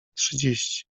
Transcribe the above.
trzydzieści